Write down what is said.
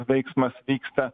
veiksmas vyksta